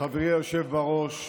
היושב בראש,